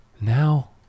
now